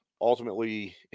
ultimately